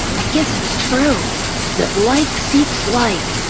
i guess it's true that like seeks like,